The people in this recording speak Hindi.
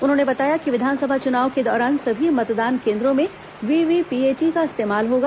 उन्होंने बताया कि विधानसभा चुनाव के दौरान सभी मतदान केंद्रों में वीवीपीएटी का इस्तेमाल होगा